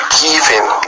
giving